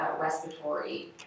respiratory